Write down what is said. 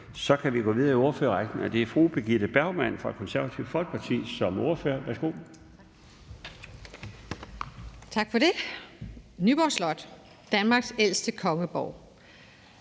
Så kan vi gå videre i ordførerrækken, og nu er det fru Birgitte Bergman fra Det Konservative Folkeparti. Værsgo.